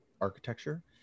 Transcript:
architecture